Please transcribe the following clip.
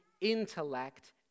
intellect